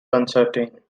uncertain